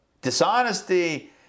Dishonesty